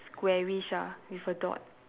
squarish ah with a dot